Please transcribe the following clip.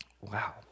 wow